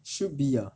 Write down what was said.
should be ah